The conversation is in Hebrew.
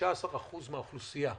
כ-15% מהאוכלוסייה.